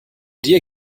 dir